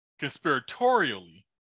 conspiratorially